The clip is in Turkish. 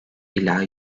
ila